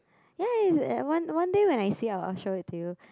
ya it's at one one one day when I see it I'll show it to you